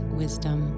wisdom